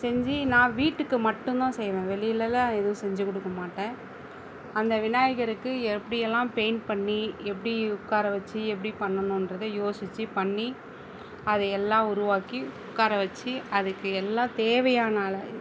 செஞ்சு நான் வீட்டுக்கு மட்டும்தான் செய்வேன் வெளியிலேலாம் எதுவும் செஞ்சு கொடுக்க மாட்டேன் அந்த விநாயகருக்கு எப்படியெல்லாம் பெயிண்ட் பண்ணி எப்படி உட்கார வச்சு எப்படி பண்ணணும்ன்றத யோசித்து பண்ணி அது எல்லாம் உருவாக்கி உட்கார வச்சு அதுக்கு எல்லாம் தேவையான